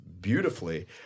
beautifully